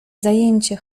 zajęcie